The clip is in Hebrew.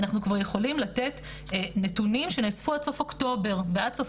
אנחנו כבר יכולים לתת נתונים שנאספו עד סוף אוקטובר ועד סוף